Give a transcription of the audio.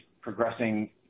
progressing